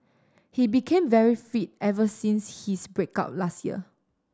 he became very fit ever since his break up last year